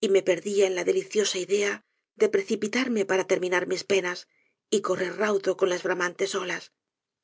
y me perdía en la deliciosa idea de precipitarme para terminar mis penas y correr raudo con las bramantes olas